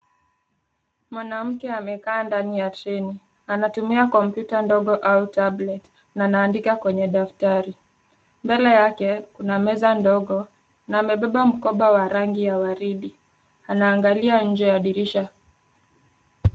Mwanamke amekaa ndani ya treni, anatumia kompyuta ndogo au tablet na andika kwenye daftari. Mbele yake kuna meza ndogo na amebeba mkoba wa rangi ya waridi, ana angalia nje wa dirisha.